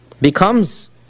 becomes